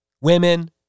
women